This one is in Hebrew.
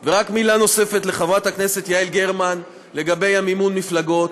ורק מילה נוספת לחברת הכנסת יעל גרמן לגבי מימון המפלגות,